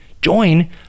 Join